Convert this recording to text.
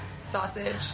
Sausage